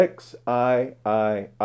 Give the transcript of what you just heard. XIII